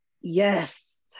Yes